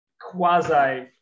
quasi